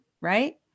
right